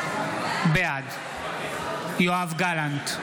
בעד יואב גלנט,